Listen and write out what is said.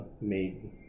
made